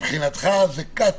מבחינתך זה ברור